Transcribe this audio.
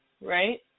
right